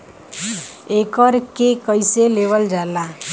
एकरके कईसे लेवल जाला?